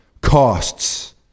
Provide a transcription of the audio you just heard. costs